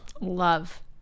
Love